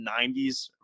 90s